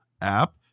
app